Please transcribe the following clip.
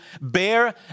bear